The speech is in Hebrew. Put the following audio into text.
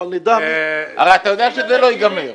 אתה הרי יודע שזה לא ייגמר.